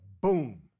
boom